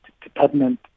department